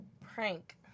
prank